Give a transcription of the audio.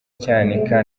cyanika